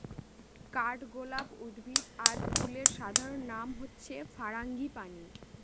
কাঠগলাপ উদ্ভিদ আর ফুলের সাধারণ নাম হচ্ছে ফারাঙ্গিপানি